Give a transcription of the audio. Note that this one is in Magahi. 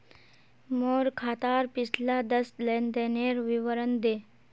मोर खातार पिछला दस लेनदेनेर विवरण दे